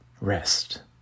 rest